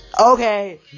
Okay